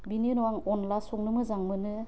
बिनि उनाव आं अनला संनो मोजां मोनो